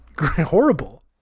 horrible